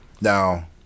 Now